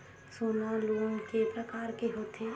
सोना लोन के प्रकार के होथे?